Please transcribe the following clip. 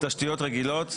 תשתיות רגילות,